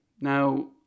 now